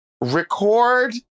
record